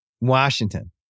Washington